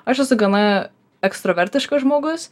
aš esu gana ekstravertiškas žmogus